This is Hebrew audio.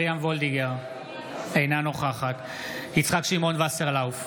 וולדיגר, אינה נוכחת יצחק שמעון וסרלאוף,